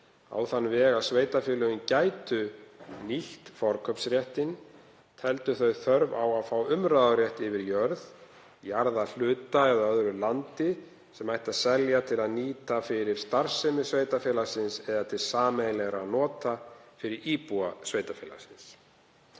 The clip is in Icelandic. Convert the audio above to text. á þann veg að sveitarfélögin gætu nýtt forkaupsréttinn teldu þau þörf á að fá umráðarétt yfir jörð, jarðahluta eða öðru landi sem ætti að selja til að nýta fyrir starfsemi sveitarfélagsins eða til sameiginlegra nota fyrir íbúa sveitarfélagsins.